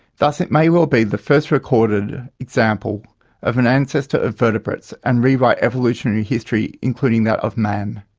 thus it may well be the first recorded example of an ancestor of vertebrates and rewrite evolutionary history, including that of man.